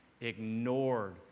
ignored